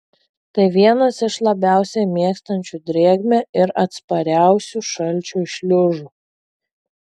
tai vienas iš labiausiai mėgstančių drėgmę ir atspariausių šalčiui šliužų